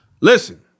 Listen